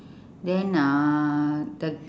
then uhh the